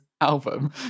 album